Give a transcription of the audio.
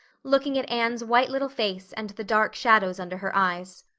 looking at anne's white little face and the dark shadows under her eyes.